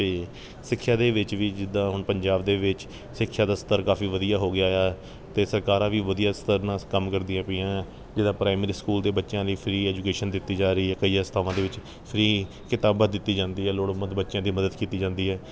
ਅਤੇ ਸਿੱਖਿਆ ਦੇ ਵਿੱਚ ਵੀ ਜਿੱਦਾਂ ਹੁਣ ਪੰਜਾਬ ਦੇ ਵਿੱਚ ਸਿੱਖਿਆ ਦਾ ਸਤਰ ਕਾਫੀ ਵਧੀਆ ਹੋ ਗਿਆ ਆ ਅਤੇ ਸਰਕਾਰਾਂ ਵੀ ਵਧੀਆ ਸਤਰ ਨਾਲ ਕੰਮ ਕਰਦੀਆਂ ਪਈਆਂ ਜਿੱਦਾਂ ਪ੍ਰਾਈਮਰੀ ਸਕੂਲ ਦੇ ਬੱਚਿਆਂ ਲਈ ਫਰੀ ਐਜੂਕੇਸ਼ਨ ਦਿੱਤੀ ਜਾ ਰਹੀ ਹੈ ਕਈ ਇਸ ਥਾਵਾਂ ਦੇ ਵਿੱਚ ਫਰੀ ਕਿਤਾਬਾਂ ਦਿੱਤੀ ਜਾਂਦੀ ਹੈ ਲੋੜਵੰਦ ਬੱਚਿਆਂ ਦੀ ਮਦਦ ਕੀਤੀ ਜਾਂਦੀ ਹੈ